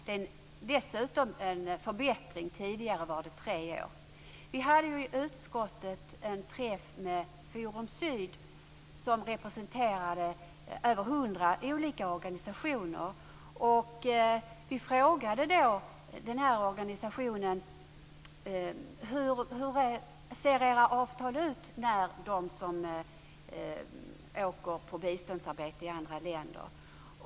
Det är dessutom en förbättring, eftersom det tidigare var tre år. Vi hade i utskottet en träff med Forum Syd, som representerade över 100 olika organisationer. Vi frågade då organisationen: Hur ser era avtal ut med dem som åker på biståndsarbete i andra länder?